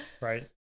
right